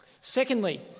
Secondly